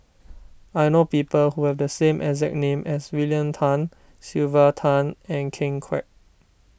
I know people who have the same exact name as William Tan Sylvia Tan and Ken Kwek